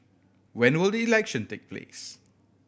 when will the election take place